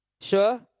Sure